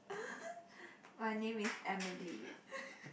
my name is Emily